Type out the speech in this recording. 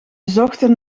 zochten